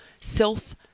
self